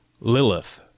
Lilith